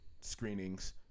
screenings